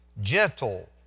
gentle